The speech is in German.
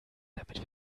damit